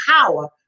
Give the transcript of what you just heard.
power